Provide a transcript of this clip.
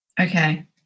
Okay